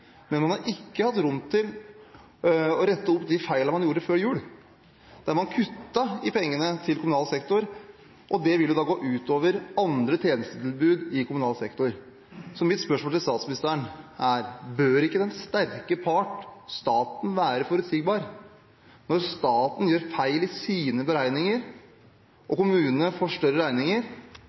men man har ikke hatt rom for å rette opp de feilene man gjorde før jul, der man kuttet i pengene til kommunal sektor. Det vil da gå ut over andre tjenestetilbud i kommunal sektor. Mitt spørsmål til statsministeren er: Bør ikke den sterke part, staten, være forutsigbar? Når staten gjør feil i sine beregninger og kommune får større regninger,